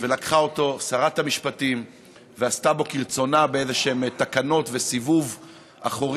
ולקחה אותו שרת המשפטים ועשתה בו כרצונה באיזשהן תקנות וסיבוב אחורי,